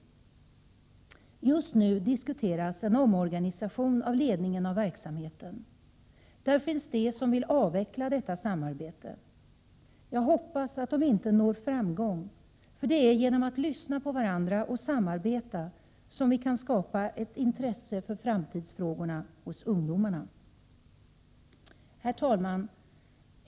Just nu diskuteras en omorganisation av ledningen av verksamheten. Det finns de som vill avveckla detta samarbete. Jag hoppas att de inte når framgång, för det är genom att lyssna på varandra och samarbeta som vi hos ungdomarna kan skapa ett intresse för framtidsfrågorna. Herr talman!